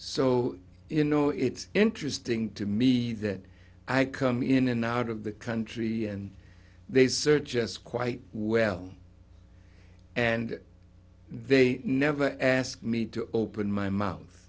so you know it's interesting to me that i come in and out of the country and they search just quite well and they never ask me to open my mouth